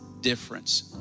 difference